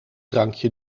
drankje